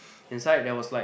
inside there was like